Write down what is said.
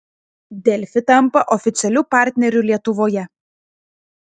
delfi tampa oficialiu partneriu lietuvoje